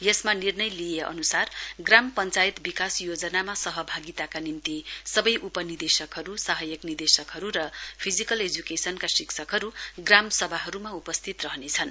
यसमा निर्णय लिइए अन्सार ग्राम पञ्चायत विकास योजनामा सहभागिताका निम्ति सबै उपनिदेशकहरू सहायक निदेशकहरू र र फिजिकल एड्केसन का शिक्षकहरू ग्राम सभाहरूमा उपस्थित रहनेछन्